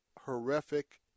horrific